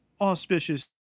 auspicious